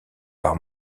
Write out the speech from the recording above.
par